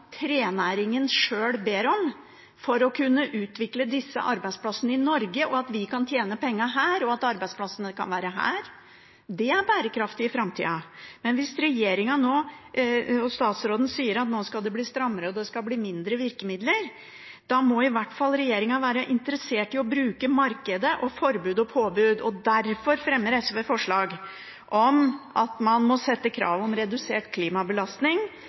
trenæringen sjøl ber om, for å kunne utvikle disse arbeidsplassene i Norge, slik at vi kan tjene pengene her, og slik at arbeidsplassene kan være her. Det er bærekraftig i framtida. Men hvis regjeringen og statsråden sier at nå skal det bli strammere og bli færre virkemidler, må regjeringen i hvert fall være interessert i å bruke markedet og forbud og påbud. Derfor fremmer SV forslag om at man må stille krav om redusert klimabelastning